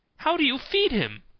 how do you feed him?